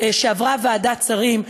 שעברה ועדת שרים.